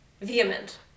vehement